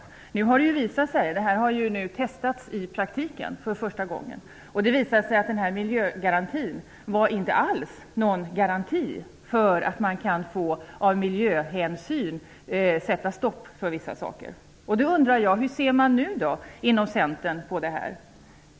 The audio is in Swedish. Men nu har det visat sig att denna miljögaranti inte alls var någon garanti för att man av miljöhänsyn kan sätta stopp för vissa saker; det har för första gången testats i praktiken. Jag undrar då: Hur ser man inom Centern på det?